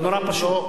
זה נורא פשוט.